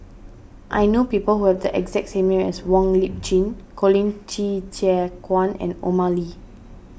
I know people who have the exact name as Wong Lip Chin Colin Qi Zhe Quan and Omar Ali